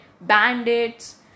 bandits